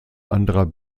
anderer